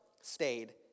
stayed